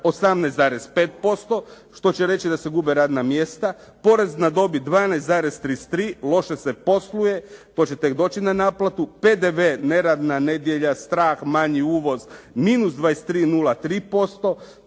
18,5% što će reći da se gube radna mjesta. Porez na dobit 12,33 loše se posluje to će tek doći na naplatu. PDV neradna nedjelja, strah, manji uvoz -23,03%.